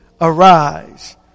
arise